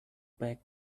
back